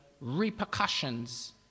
repercussions